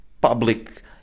public